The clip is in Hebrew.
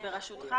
הביטחון בראשותך,